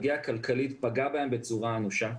הפגיעה הכלכלית פגעה בהם בצורה אנושה,